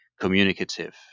communicative